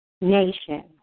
nation